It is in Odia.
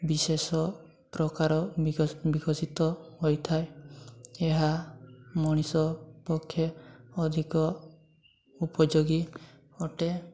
ବିଶେଷ ପ୍ରକାର ବିକଶିତ ହୋଇଥାଏ ଏହା ମଣିଷ ପକ୍ଷେ ଅଧିକ ଉପଯୋଗୀ ଅଟେ